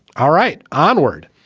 all right. onward.